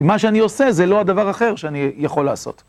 מה שאני עושה זה לא הדבר אחר שאני יכול לעשות.